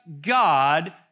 God